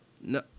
No